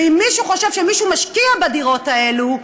ואם מישהו חושב שמישהו משקיע בדירות האלו,